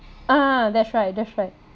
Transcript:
ah that's right that's right